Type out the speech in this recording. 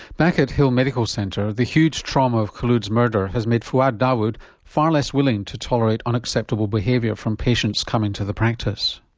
back at hill medical centre the huge trauma of khulod's murder has made fouad dawood far less willing to tolerate unacceptable behaviour from patients coming to the practice.